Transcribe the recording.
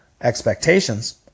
expectations